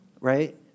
right